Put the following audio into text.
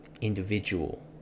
individual